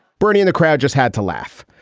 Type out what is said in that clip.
bernie in the crowd just had to laugh.